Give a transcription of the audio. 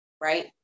right